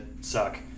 suck